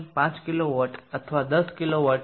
5 kilowatt અથવા 10 kilowatt છે